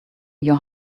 your